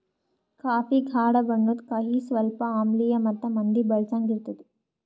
coffee ಗಾಢ ಬಣ್ಣುದ್, ಕಹಿ, ಸ್ವಲ್ಪ ಆಮ್ಲಿಯ ಮತ್ತ ಮಂದಿ ಬಳಸಂಗ್ ಇರ್ತದ